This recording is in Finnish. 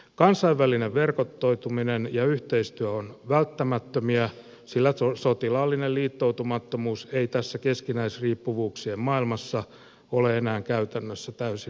kansainvälinen verkostoituminen ja yhteistyö ovat välttämättömiä sillä sotilaallinen liittoutumattomuus ei tässä keskinäisriippuvuuksien maailmassa ole enää käytännössä täysin mahdollista